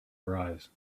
arise